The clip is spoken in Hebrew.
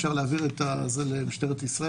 אם אפשר להעביר את רשות הדיבור למשטרת ישראל